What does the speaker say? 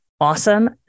Awesome